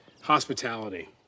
Hospitality